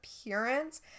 appearance